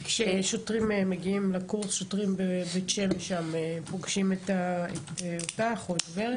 כששוטרים מגיעים לקורס בבית שמש הם פוגשים אותך או את ורד?